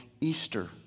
Easter